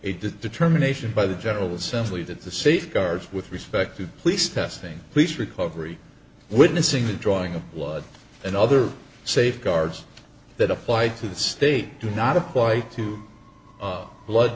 a determination by the general assembly that the safeguards with respect to police testing police recovery witnessing the drawing of blood and other safeguards that apply to the state do not apply to blood